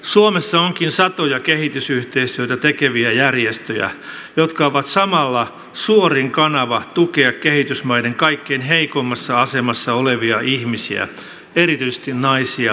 suomessa onkin satoja kehitysyhteistyötä tekeviä järjestöjä jotka ovat samalla suorin kanava tukea kehitysmaiden kaikkein heikoimmassa asemassa olevia ihmisiä erityisesti naisia ja lapsia